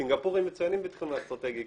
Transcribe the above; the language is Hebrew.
סינגפורים מצוינים בתחום האסטרטגי,